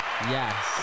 Yes